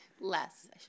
less